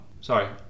Sorry